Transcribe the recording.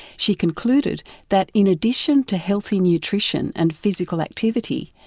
she concluded that in addition to healthy nutrition and physical activity,